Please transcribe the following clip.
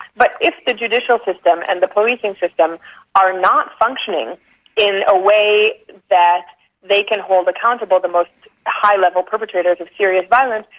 but if the judicial system and the policing system are not functioning in a way that they can hold accountable the most high level perpetrators of serious violence,